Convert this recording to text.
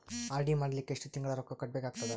RD ಮಾಡಲಿಕ್ಕ ಎಷ್ಟು ತಿಂಗಳ ರೊಕ್ಕ ಕಟ್ಟಬೇಕಾಗತದ?